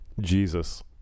Jesus